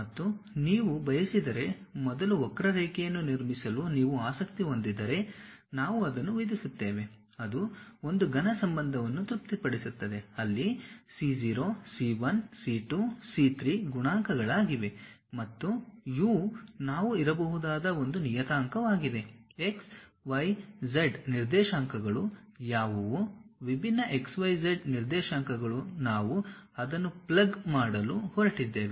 ಮತ್ತು ನೀವು ಬಯಸಿದರೆ ಮೊದಲು ವಕ್ರರೇಖೆಯನ್ನು ನಿರ್ಮಿಸಲು ನೀವು ಆಸಕ್ತಿ ಹೊಂದಿದ್ದರೆ ನಾವು ಅದನ್ನು ವಿಧಿಸುತ್ತೇವೆ ಅದು ಒಂದು ಘನ ಸಂಬಂಧವನ್ನು ತೃಪ್ತಿಪಡಿಸುತ್ತದೆ ಅಲ್ಲಿ C0 C 1 C 2 C 3 ಗುಣಾಂಕಗಳಾಗಿವೆ ಮತ್ತು u ನಾವು ಇರಬಹುದಾದ ಒಂದು ನಿಯತಾಂಕವಾಗಿದೆ xyz ನಿರ್ದೇಶಾಂಕಗಳು ಯಾವುವು ವಿಭಿನ್ನ xyz ನಿರ್ದೇಶಾಂಕಗಳು ನಾವು ಅದನ್ನು ಪ್ಲಗ್ ಮಾಡಲು ಹೊರಟಿದ್ದೇವೆ